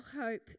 hope